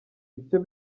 icyo